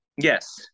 Yes